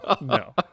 No